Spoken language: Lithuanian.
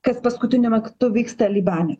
kas paskutiniu mektu vyksta libane